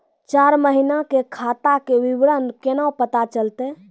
चार महिना के खाता के विवरण केना पता चलतै?